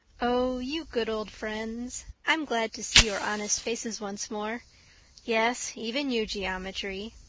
oh, you good old friends, i'm glad to see your honest faces once more yes, even you, geometry.